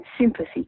sympathy